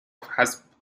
فحسب